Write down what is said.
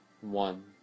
one